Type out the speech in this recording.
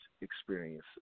experience